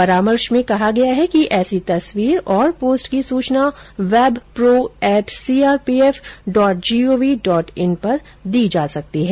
परामर्श में कहा गया है कि ऐसी तस्वीर और पोस्ट की सूचना webpro at CRPF dot gov dot in पर दी जा सकती है